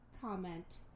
comment